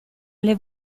alle